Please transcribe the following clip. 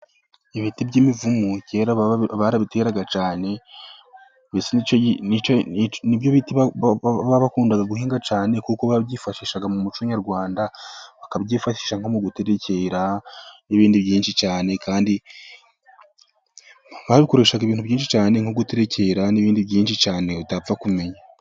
Ibiti by'imivumu kera barabiteraga cyane. Nibyo biti bakundaga guhinga cyane kuko babyifashisha mu muco nyarwanda. Bakabyifashisha nko guterekera n'ibindi byinshi cyane udapfa kumenya.